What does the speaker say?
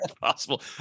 possible